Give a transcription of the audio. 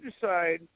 decide